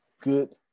good